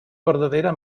verdadera